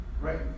right